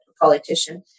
politician